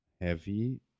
heavy